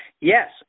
Yes